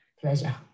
Pleasure